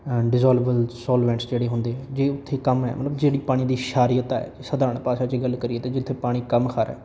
dissolved solvents ਜਿਹੜੇ ਹੁੰਦੇ ਜੇ ਉੱਥੇ ਕੰਮ ਹੈ ਮਤਲਬ ਜਿਹੜੀ ਪਾਣੀ ਦੀ ਸ਼ਾਰੀਅਤ ਹੈ ਸਧਾਰਨ ਭਾਸ਼ਾ 'ਚ ਹੀ ਗੱਲ ਕਰੀਏ ਤਾਂ ਜਿੱਥੇ ਪਾਣੀ ਕਮ ਖਾਰਾ